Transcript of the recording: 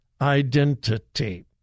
identity